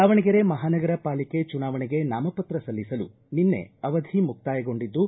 ದಾವಣಗೆರೆ ಮಹಾನಗರ ಪಾಲಿಕೆ ಚುನಾವಣೆಗೆ ನಾಮಪತ್ರ ಸಲ್ಲಿಸಲು ನಿನ್ನೆ ಅವಧಿ ಮುಕ್ತಾಯಗೊಂಡಿದ್ದು